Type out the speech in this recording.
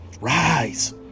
rise